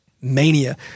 mania